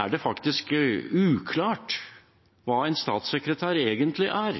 det faktisk uklart hva en statssekretær egentlig er.